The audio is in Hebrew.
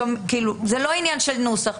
זה לא עניין של נוסח,